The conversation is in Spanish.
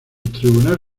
tribunal